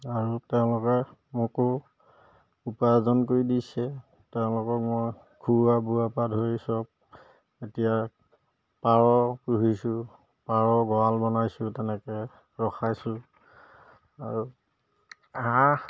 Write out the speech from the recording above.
আৰু তেওঁলোকে মোকো উপাৰ্জন কৰি দিছে তেওঁলোকক মই খুওৱা বুওৱাৰ পৰা ধৰি চব এতিয়া পাৰ পুহিছোঁ পাৰ গঁৰাল বনাইছোঁ তেনেকৈ ৰখাইছোঁ আৰু হাঁহ